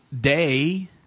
Day